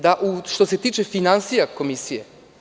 Da što se tiče finansija komisije.